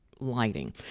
lighting